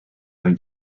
going